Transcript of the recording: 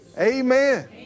Amen